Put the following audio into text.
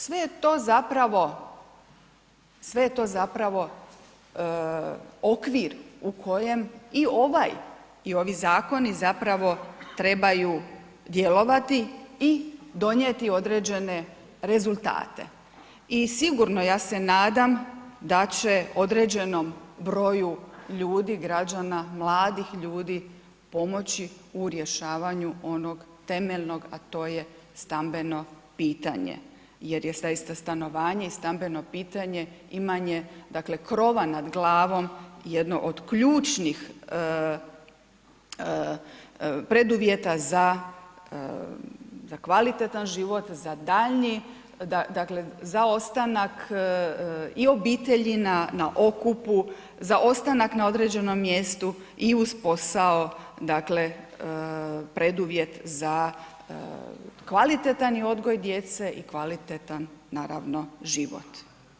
Sve je to zapravo, sve je to zapravo okvir u kojem i ovaj i ovi zakoni zapravo trebaju djelovati i donijeti određene rezultate i sigurno, ja se nadam da će određenom broju ljudi, građana, mladih ljudi pomoći u rješavanju onog temeljnog, a to je stambeno pitanje jer je zaista stanovanje i stambeno pitanje, imanje, dakle krova nad glavom jedno od ključnih preduvjeta za kvalitetan život, za daljnji, za ostanak i obitelji na okupu, za ostanak na određenom mjestu i uz posao dakle, preduvjet za kvalitetan odgoj djece i kvalitetan, naravno, život.